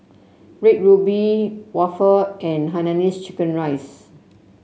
Red Ruby waffle and Hainanese Chicken Rice